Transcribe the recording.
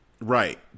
Right